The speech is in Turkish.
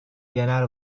genel